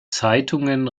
zeitungen